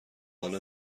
حالا